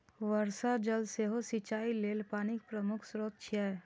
वर्षा जल सेहो सिंचाइ लेल पानिक प्रमुख स्रोत छियै